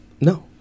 No